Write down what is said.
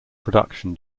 production